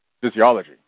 physiology